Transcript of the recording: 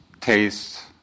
tastes